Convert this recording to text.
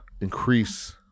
increase